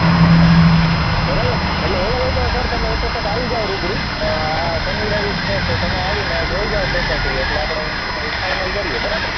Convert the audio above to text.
બરાબર અને એવું હોય તો સર તમે એક વખત આવી જાઓ રૂબરૂ આ શનિ રવિ છે તો તમે આવીને જોઈ જાઓ પ્રોપર્ટી એટલે આપણે ફાઇનલ કરીએ બરાબર